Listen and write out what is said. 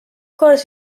course